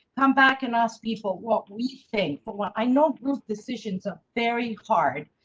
come back and ask people what we think for what i know group decisions are very hard,